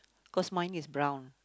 cause mine is brown